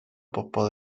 bobol